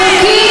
החוקים,